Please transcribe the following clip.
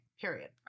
period